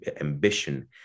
ambition